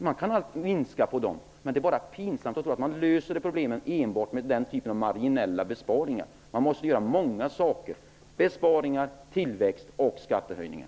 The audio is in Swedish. Man kan alltid minska på dem, men det är bara pinsamt att tro att man löser problemen enbart med den typen av marginella besparingar. Fler saker krävs: besparingar, tillväxt och skattehöjningar.